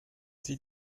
sie